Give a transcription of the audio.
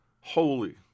holy